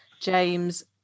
James